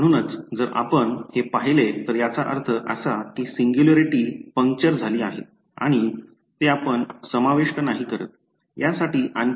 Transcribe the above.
म्हणूनच जर आपण हे पाहिले तर याचा अर्थ असा की सिंग्युलॅरिटी पंचर झाली आहे आणि ते आपण समाविष्ट नाही करत आहोत